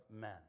men